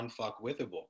unfuckwithable